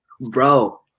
Bro